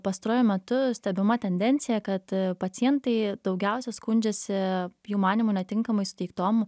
pastaruoju metu stebima tendencija kad pacientai daugiausia skundžiasi jų manymu netinkamai suteiktom